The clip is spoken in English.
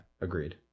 agreed